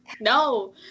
no